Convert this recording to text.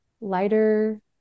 lighter